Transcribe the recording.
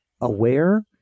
aware